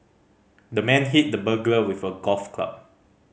the man hit the burglar with a golf club